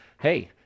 Hey